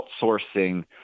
outsourcing